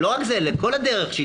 ולכל הדרך.